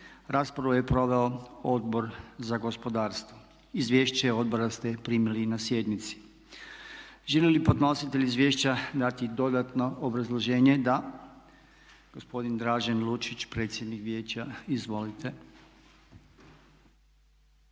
Raspravu je proveo Odbor za gospodarstvo. Izvješće odbora ste primili na sjednici. Želi li podnositelj izvješća dati dodatno obrazloženje? Da. Gospodin Dražen Lučić, predsjednik Vijeća. Izvolite.